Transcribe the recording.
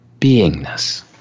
beingness